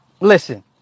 Listen